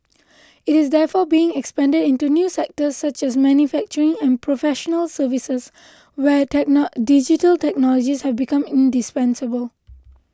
it is therefore being expanded into new sectors such as manufacturing and professional services where digital technologies have become indispensable